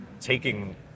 taking